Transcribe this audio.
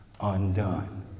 undone